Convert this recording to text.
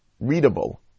readable